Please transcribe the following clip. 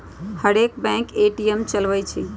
हरेक bank ATM चलबइ छइ